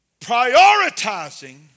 prioritizing